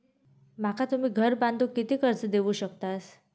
माका तुम्ही घर बांधूक किती कर्ज देवू शकतास?